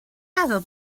meddwl